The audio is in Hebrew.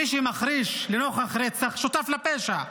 מי שמחריש נוכח רצח שותף לפשע,